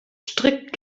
strikt